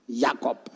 Jacob